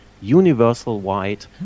universal-wide